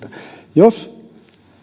jos